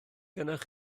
gennych